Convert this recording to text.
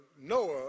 Noah